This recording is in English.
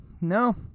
no